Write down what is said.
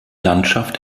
landschaft